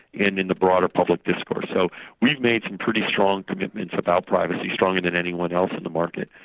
and in the broader public discourse. so we've made some pretty strong commitments about privacy, stronger than anyone else in the market,